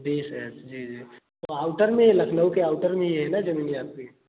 बीस है सर जी जी तो आउटर में लखनऊ के आउटर में ही है ना जमीन आपकी